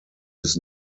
his